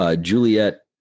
Juliet